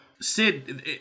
Sid